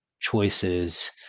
choices